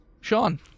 Sean